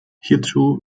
hierzu